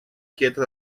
quieta